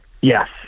Yes